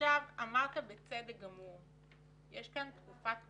אמרת בצדק גמור שיש כאן תקופת קורונה.